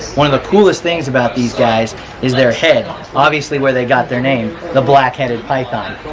one of the coolest things about these guys is their head obviously where they got their name the black-headed python.